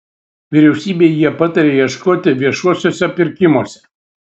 vyriausybei jie pataria ieškoti viešuosiuose pirkimuose